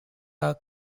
are